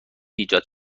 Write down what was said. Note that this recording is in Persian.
ایجاد